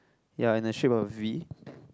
ya in a shape of a V